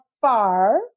far